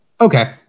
Okay